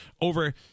over